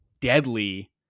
deadly